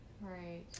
Right